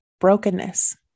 brokenness